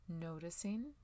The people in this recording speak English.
noticing